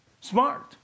smart